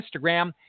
Instagram